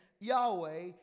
Yahweh